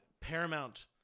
Paramount